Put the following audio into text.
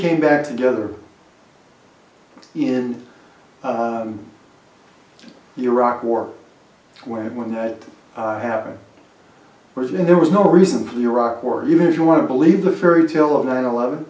came back together in iraq war where when that happened where there was no reason for the iraq war even if you want to believe the fairy tale of nine eleven